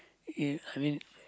If I mean